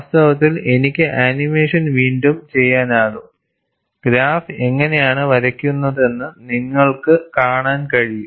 വാസ്തവത്തിൽ എനിക്ക് ആനിമേഷൻ വീണ്ടും ചെയ്യാനാകും ഗ്രാഫ് എങ്ങനെയാണ് വരയ്ക്കുന്നതെന്ന് നിങ്ങൾക്ക് കാണാൻ കഴിയും